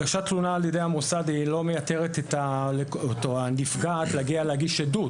הגשת תלונה על ידי המוסד לא מייתרת את הנפגע להגיע להגיש עדות.